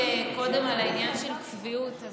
העניין של צביעות,